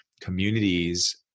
communities